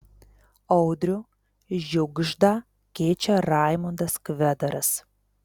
audrių žiugždą keičia raimondas kvedaras